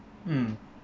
mm